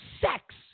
sex